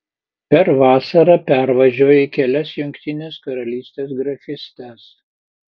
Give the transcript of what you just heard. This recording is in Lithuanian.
per vasarą pervažiuoji kelias jungtinės karalystės grafystes